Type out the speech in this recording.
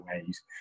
ways